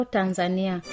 Tanzania